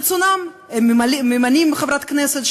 ברצותם הם ממנים חברת כנסת,